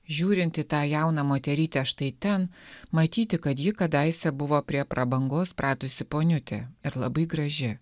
žiūrint į tą jauną moterytę štai ten matyti kad ji kadaise buvo prie prabangos pratusi poniutė ir labai graži